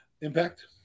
Impact